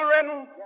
children